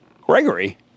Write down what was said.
Gregory